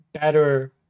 better